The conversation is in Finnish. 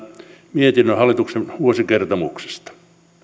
mietinnön hallituksen vuosikertomuksesta